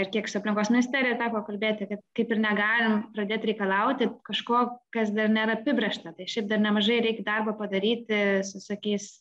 ir kiek su aplinkos ministerija teko kalbėti kad kaip ir negalim pradėti reikalauti kažko kas dar nėra apibrėžta tai šiaip dar nemažai reik darbo padarytisu visokiais